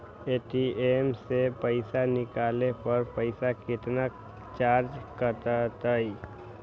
ATM से पईसा निकाले पर पईसा केतना चार्ज कटतई?